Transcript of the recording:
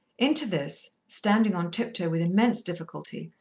into this, standing on tiptoe with immense difficulty,